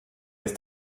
ist